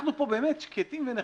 אנחנו פה באמת שקטים ונחמדים.